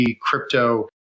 crypto